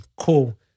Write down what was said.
Cool